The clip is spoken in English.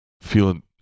feeling